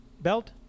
belt